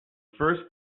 first